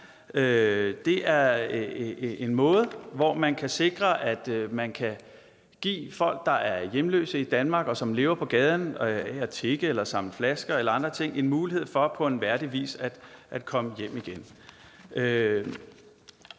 rum er en måde, hvorpå man kan sikre, at de folk, der er hjemløse i Danmark og lever på gaden af at tigge eller samle flasker eller andre ting, får en mulighed for på værdig vis at komme hjem igen.